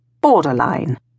borderline